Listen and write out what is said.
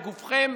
בגופכם,